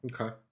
Okay